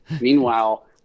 Meanwhile